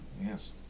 Yes